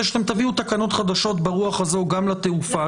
שתביאו תקנות חדשות ברוח הזו גם לתעופה.